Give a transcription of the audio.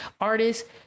artists